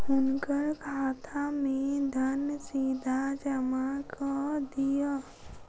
हुनकर खाता में धन सीधा जमा कअ दिअ